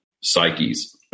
psyches